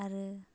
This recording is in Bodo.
आरो